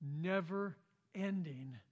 never-ending